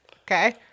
Okay